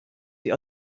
sie